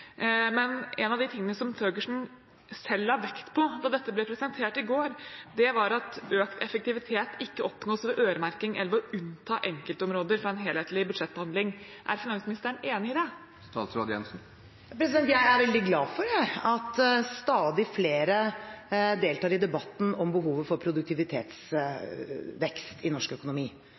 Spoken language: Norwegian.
Men en av de tingene som Thøgersen selv la vekt på da dette ble presentert i går, var at økt effektivitet ikke oppnås ved øremerking eller ved å unnta enkeltområder fra en helhetlig budsjettbehandling. Er finansministeren enig i det? Jeg er veldig glad for at stadig flere deltar i debatten om behovet for produktivitetsvekst i norsk økonomi.